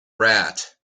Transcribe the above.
rat